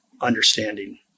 understanding